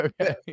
okay